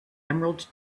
emerald